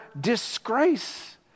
disgrace